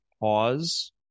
pause